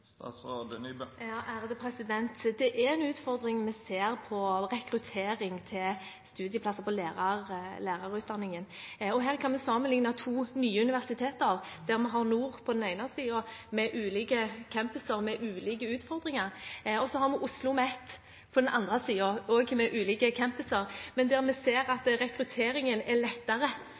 vi ser en utfordring med rekruttering til studieplasser i lærerutdanningen. Her kan vi sammenligne to nye universiteter, der vi har Nord universitet på den ene siden, med ulike campuser og ulike utfordringer, og OsloMet på den andre siden, også med ulike campuser. Vi ser at rekrutteringen er lettere